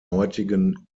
heutigen